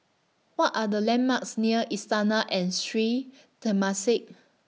What Are The landmarks near Istana and Sri Temasek